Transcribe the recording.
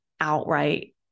outright